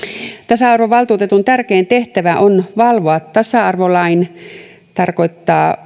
tasa arvovaltuutetun tärkein tehtävä on valvoa tasa arvolain tarkoittaa